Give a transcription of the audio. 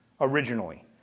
originally